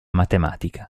matematica